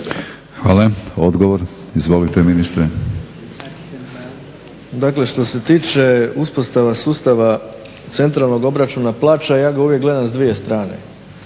Hvala. Odgovor, izvolite ministre. **Bauk, Arsen (SDP)** Dakle što se tiče uspostava sustava centralnog obračuna plaća ja ga uvijek gledam s dvije strane,